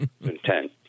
Intent